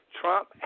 Trump